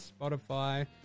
Spotify